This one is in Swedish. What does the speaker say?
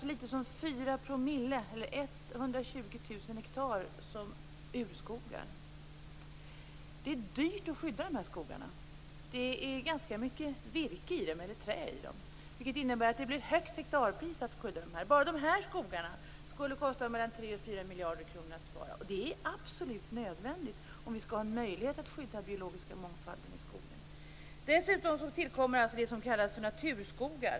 Så litet som 4 % eller 120 000 hektar av de skogar som finns räknas som urskogar. Det är dyrt att skydda dessa skogar. Det finns ganska mycket virke i dem. Det innebär att det blir ett högt hektarpris för att skydda dem. Bara dessa skogar skulle kosta 3-4 miljarder kronor att spara, och det är absolut nödvändigt om vi skall ha en möjlighet att skydda den biologiska mångfalden i skogen. Dessutom tillkommer det som kallas för naturskogar.